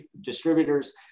distributors